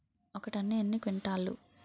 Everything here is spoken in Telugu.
ఒక టన్ను ఎన్ని క్వింటాల్లు?